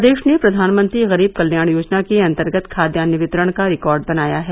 प्रदेश ने प्रधानमंत्री गरीब कल्याण योजना के अंतर्गत खाद्यान्न वितरण का रिकॉर्ड बनाया है